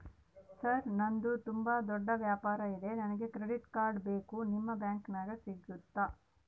Sir ನಂದು ತುಂಬಾ ದೊಡ್ಡ ವ್ಯವಹಾರ ಇದೆ ನನಗೆ ಕ್ರೆಡಿಟ್ ಕಾರ್ಡ್ ಬೇಕು ನಿಮ್ಮ ಬ್ಯಾಂಕಿನ್ಯಾಗ ಸಿಗುತ್ತಾ?